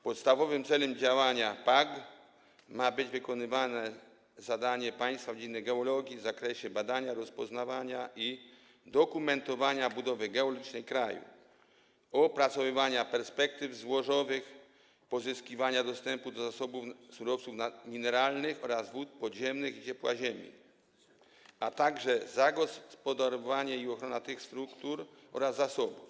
Podstawowym celem działania PAG ma być wykonywanie zadań państwa w dziedzinie geologii w zakresie badania, rozpoznawania i dokumentowania budowy geologicznej kraju, opracowywania perspektyw złożowych, pozyskiwania dostępu do zasobów surowców mineralnych oraz wód podziemnych i ciepła ziemi, a także zagospodarowanie i ochrona tych struktur oraz zasobów.